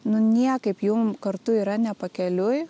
nu niekaip jum kartu yra ne pakeliui